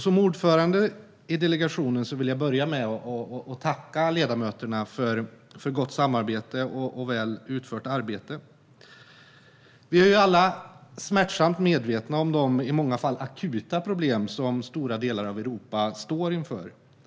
Som ordförande i delegationen vill jag börja med att tacka ledamöterna för gott samarbete och väl utfört arbete. Vi är alla smärtsamt medvetna om de i många fall akuta problem som stora delar av Europa står inför.